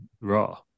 Raw